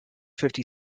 fifty